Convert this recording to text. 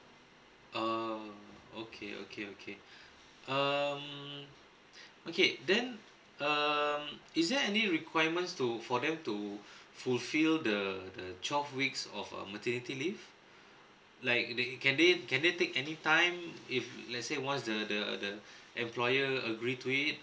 oh okay okay okay um okay then um is there any requirements to for them to fulfill the the twelve weeks of a maternity leave like they can they can they take any time if let's say once the the the employer agree to it